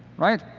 right?